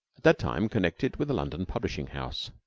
that time connected with a london publishing house.